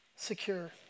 secure